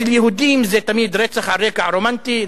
אצל יהודים זה תמיד רצח על רקע רומנטי,